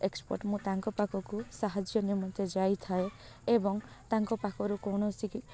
expert ମୁଁ ତାଙ୍କ ପାଖକୁ ସାହାଯ୍ୟ ନିମନ୍ତେ ଯାଇଥାଏ ଏବଂ ତାଙ୍କ ପାଖରୁ କୌଣସି